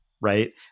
right